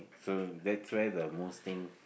so that's where the most thing